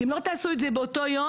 כי אם לא תעשו את זה באותו יום,